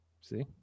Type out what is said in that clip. See